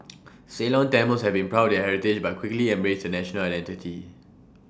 Ceylon Tamils had been proud heritage but quickly embraced A national identity